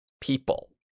people